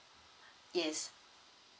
yes